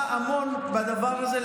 גלנט עשה המון בדבר הזה,